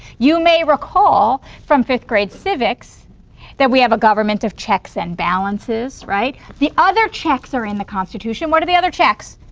you may recall from fifth grade civics that we have a government of checks and balances, right, the other checks are in the constitution. what are the other checks?